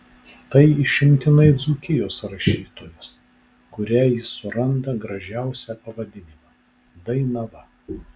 tai išimtinai dzūkijos rašytojas kuriai jis suranda gražiausią pavadinimą dainava